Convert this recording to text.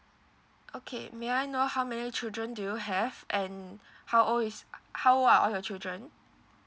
okay may I know how many children do you have and how old is how old are all your children